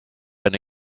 enne